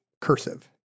cursive